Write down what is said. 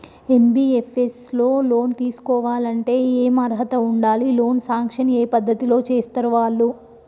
NBFS లో loan తీస్కోవాలంటే ఏం అర్హత ఉండాలి? లోన్ సాంక్షన్ ఏ పద్ధతి లో చేస్తరు వాళ్లు?